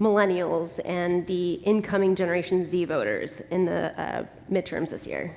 millennials and the incoming generation z voters in the midterms this year?